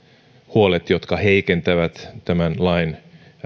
huolet jotka heikentävät tämän lain